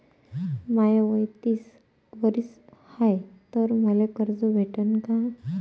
माय वय तीस वरीस हाय तर मले कर्ज भेटन का?